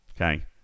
Okay